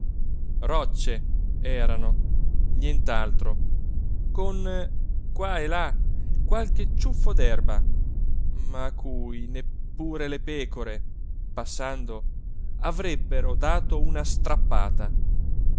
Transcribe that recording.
rocce erano nient'altro con qua e là qualche ciuffo d'erba ma a cui neppure le pecore passando avrebbero dato una strappata